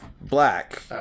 black